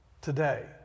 today